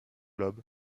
lobes